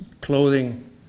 clothing